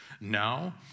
Now